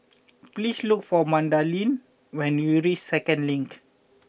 please look for Madalyn when you reach Second Link